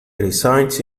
resides